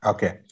Okay